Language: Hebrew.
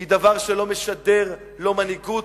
היא דבר שלא משדר לא מנהיגות,